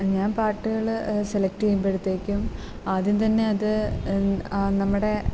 ഞാൻ പാട്ടുകൾ സെലക്റ്റ് ചെയ്യുമ്പോഴത്തേക്കും ആദ്യം തന്നെ അത് ആ നമ്മുടെ